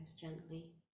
gently